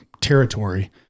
territory